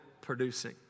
producing